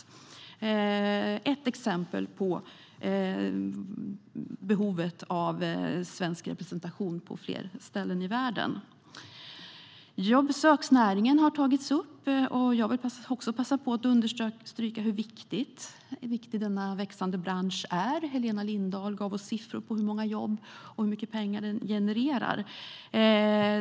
Det är ett exempel på behovet av svensk representation på fler ställen i världen. Besöksnäringen har tagits upp, och jag vill passa på att understryka hur viktig denna växande bransch är. Helena Lindahl gav oss siffror på hur många jobb och hur mycket pengar den genererar.